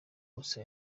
bose